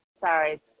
sorry